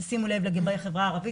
תשימו לב לגבי החברה הערבית,